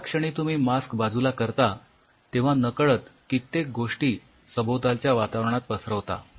ज्याक्षणी तुम्ही मास्क बाजूला करता तेव्हा नकळत कित्येक गोष्टी सभोवतालच्या वातावरणात पसरवता